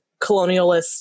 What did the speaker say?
colonialist